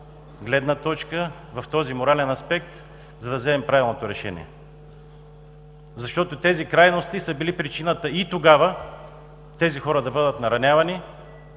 гледна точка, в този морален аспект, за да вземем правилното решение. Тези крайности са били причина и тогава тези хора да бъдат наранявани.